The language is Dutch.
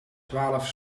twaalf